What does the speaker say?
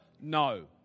No